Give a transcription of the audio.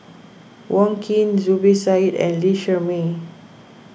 Wong Keen Zubir Said and Lee Shermay